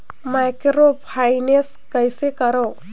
Microfinance कइसे करव?